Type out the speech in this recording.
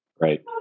Right